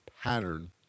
pattern